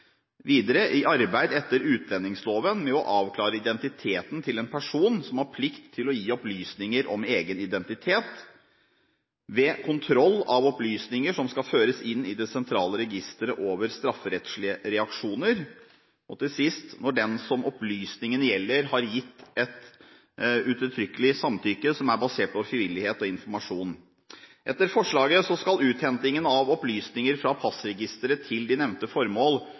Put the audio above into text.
Videre: i arbeid etter utlendingsloven med å avklare identiteten til en person som har plikt til å gi opplysninger om egen identitet, ved kontroll av opplysninger som skal føres inn i det sentrale registeret over strafferettslige reaksjoner og til sist: når den som opplysningene gjelder, har gitt et uttrykkelig samtykke som er basert på frivillighet og informasjon. Etter forslaget skal uthentingen av opplysninger fra passregisteret til de nevnte formål